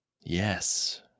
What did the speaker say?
Yes